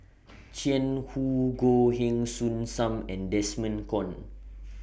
Jiang Hu Goh Heng Soon SAM and Desmond Kon